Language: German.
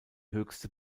höchste